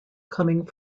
coming